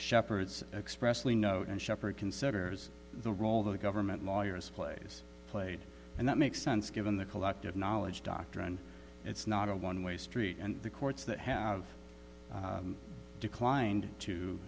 shepherds expressly note and shepherd considers the role the government lawyers plays played and that makes sense given the collective knowledge doctrine it's not a one way street and the courts that have declined to